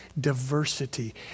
diversity